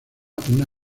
una